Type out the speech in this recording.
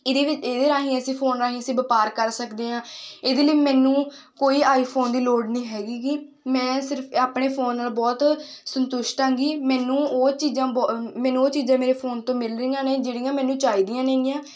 ਇਹਦੇ ਵਿ ਇਹਦੇ ਰਾਹੀਂ ਅਸੀਂ ਫੋਨ ਰਾਹੀਂ ਅਸੀਂ ਵਪਾਰ ਕਰ ਸਕਦੇ ਹਾਂ ਇਹਦੇ ਲਈ ਮੈਨੂੰ ਕੋਈ ਆਈਫੋਨ ਦੀ ਲੋੜ ਨਹੀਂ ਹੈਗੀ ਗੀ ਮੈਂ ਸਿਰਫ਼ ਆਪਣੇ ਫੋਨ ਨਾਲ ਬਹੁਤ ਸੰਤੁਸ਼ਟ ਐਂਗੀ ਮੈਨੂੰ ਉਹ ਚੀਜ਼ਾਂ ਬਹੁ ਮੈਨੂੰ ਉਹ ਚੀਜ਼ਾਂ ਮੇਰੇ ਫੋਨ ਤੋਂ ਮਿਲ ਰਹੀਆਂ ਨੇ ਜਿਹੜੀਆਂ ਮੈਨੂੰ ਚਾਹੀਦੀਆਂ ਨੇਗੀਆਂ